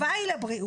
טובה היא לבריאות,